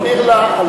אני מסביר לה,